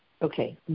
Okay